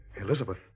Elizabeth